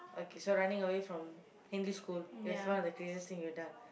okay so running away from English school that's one of the craziest thing you've done